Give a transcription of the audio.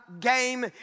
game